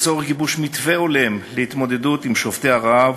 לצורך גיבוש מתווה הולם להתמודדות עם שובתי הרעב